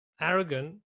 arrogant